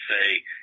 say